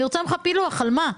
אני רוצה ממך פילוח על מה.